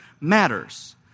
matters